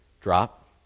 drop